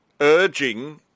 urging